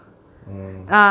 mm